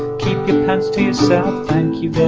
keep your pants to yourself thank you